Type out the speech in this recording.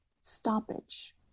stoppage